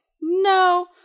no